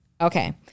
Okay